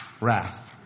wrath